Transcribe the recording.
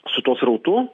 su tuo srautu